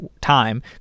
time